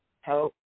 help